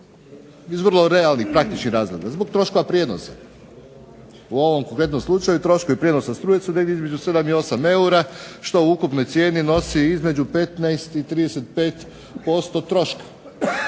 iz vrlo realnih praktičnih razloga, zbog troškova prijenosa. U ovom konkretnom slučaju troškovi prijenosa struje su između 7 i 8 eura što u ukupnoj cijeni nosi između 15 i 35% troška.